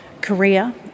Korea